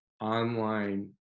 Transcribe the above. online